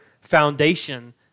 foundation